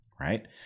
right